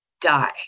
die